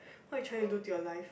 why trying do to your life